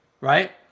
Right